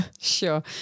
Sure